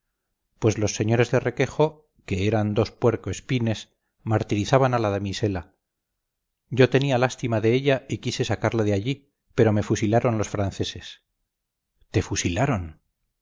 pues los señores de requejo que eran dos puerco espines martirizaban a la damisela yo tenía lástima de ella y quise sacarla de allí pero me fusilaron los franceses te fusilaron